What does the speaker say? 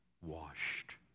washed